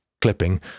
clipping